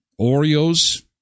Oreos